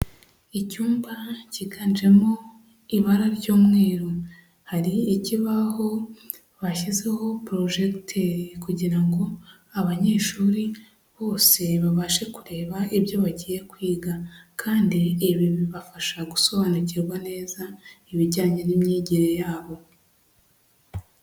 Icyumba cyiganjemo ibara ry'umweru hari ikibaho bashyizeho porojegiteri kugira ngo abanyeshuri bose babashe kureba ibyo bagiye kwiga kandi ibi bibafasha gusobanukirwa neza ibijyanye n'imyigire yabo.